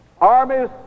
armies